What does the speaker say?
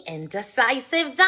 Indecisive